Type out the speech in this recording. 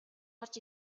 орж